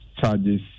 charges